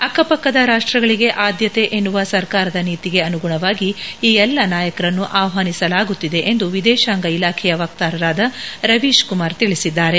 ಅಕ್ಕಪಕ್ಕದ ರಾಷ್ಟ್ರಗಳಿಗೆ ಆದ್ಯತೆ ಎನ್ನುವ ಸರ್ಕಾರದ ನೀತಿಗೆ ಅನುಗುಣವಾಗಿ ಈ ಎಲ್ಲ ನಾಯಕರನ್ನು ಆಹ್ವಾನಿಸಲಾಗುತ್ತಿದೆ ಎಂದು ವಿದೇಶಾಂಗ ಇಲಾಖೆಯ ವಕ್ತಾರರಾದ ರವೀಶ್ ಕುಮಾರ್ ತಿಳಿಸಿದ್ದಾರೆ